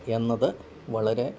എന്നതു വളരെ